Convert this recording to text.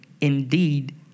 indeed